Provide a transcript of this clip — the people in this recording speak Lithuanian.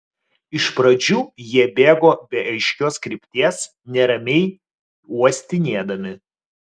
iš pradžių jie bėgo be aiškios krypties neramiai uostinėdami